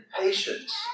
patience